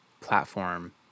platform